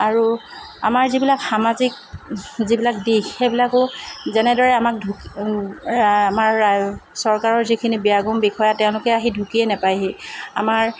আৰু আমাৰ যিবিলাক সামাজিক যিবিলাক দিশ সেইবিলাকো যেনেদৰে আমাক ঢুকি আমাৰ ৰাই চৰকাৰৰ যিখিনি বিয়াগোম বিষয়া তেওঁলোকে আহি ঢুকিয়ে নাপায়হি আমাৰ